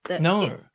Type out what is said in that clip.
No